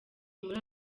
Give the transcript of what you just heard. muri